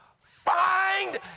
find